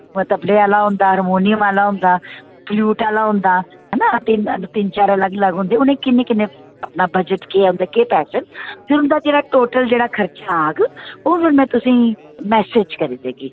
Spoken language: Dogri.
तबले आह्ला होंदा हारमोनियम आह्ला होंदा फ्लूट आह्ला होंदा हैना तिन चार अलग अलग होंदे उ'ने किन्ने किन्ने अपना बजट केह् ऐ उं'दे केह् पैसे न फिर उं'दा जेह्ड़ा टोटल जेह्ड़ा खर्चा आग ओह् फिर मैं तुसें मैसेज करी देगी